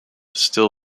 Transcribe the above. still